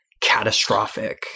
catastrophic